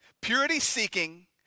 purity-seeking